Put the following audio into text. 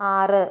ആറ്